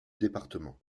département